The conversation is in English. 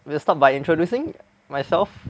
we'll start by introducing myself